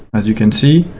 as you can see,